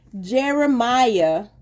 Jeremiah